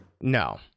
No